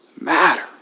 matter